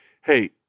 Hey